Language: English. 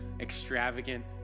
extravagant